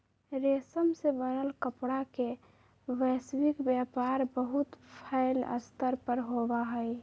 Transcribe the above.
रेशम से बनल कपड़ा के वैश्विक व्यापार बहुत फैल्ल स्तर पर होबा हई